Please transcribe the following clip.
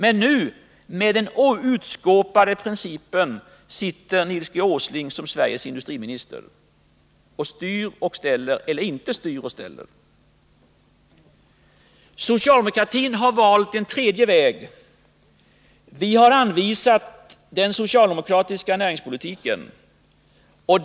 Men med den ”utskåpade” principen sitter nu Nils G. Åsling som Sveriges industriminister. Socialdemokratin har valt en tredje väg. Vi har anvisat den vägen i den socialdemokratiska näringspolitiken.